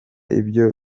ibyo